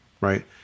Right